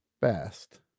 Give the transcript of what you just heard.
best